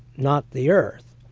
not the earth'.